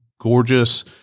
gorgeous